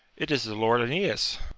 it is the lord aeneas.